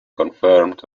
confirmed